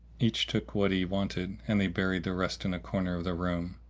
each took what he wanted and they buried the rest in a corner of the room.